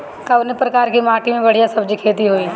कवने प्रकार की माटी में बढ़िया सब्जी खेती हुई?